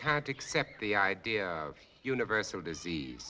can't accept the idea of universal disease